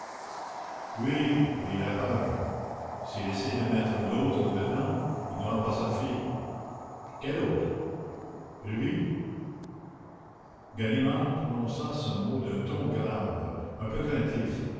nous il a peur s'il essaye de mettre l'autre dedans il n'aura pas sa fille quel autre lui ganimard prononça ce mot d'un ton grave un peu craintif